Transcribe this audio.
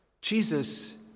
Jesus